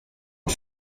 que